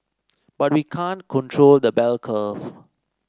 but we can't control the bell curve